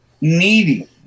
needy